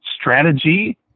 Strategy